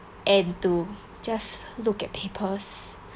and to just look at papers